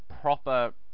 proper